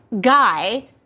guy